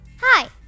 Hi